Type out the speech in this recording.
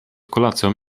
kolacją